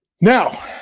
Now